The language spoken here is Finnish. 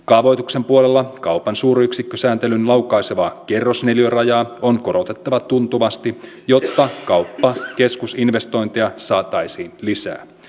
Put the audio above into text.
kaavoituksen puolella kaupan suuryksikkösääntelyn laukaisevaa kerrosneliörajaa on korotettava tuntuvasti jotta kauppakeskusinvestointeja saataisiin lisää